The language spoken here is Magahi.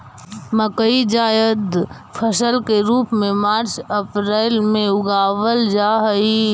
मकई जायद फसल के रूप में मार्च अप्रैल में उगावाल जा हई